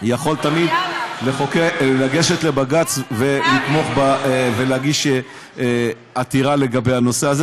יכול תמיד לגשת לבג"ץ ולהגיש עתירה לגבי הנושא הזה,